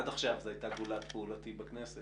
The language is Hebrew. עד עכשיו זו היתה גולת פעולתי בכנסת.